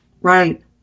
Right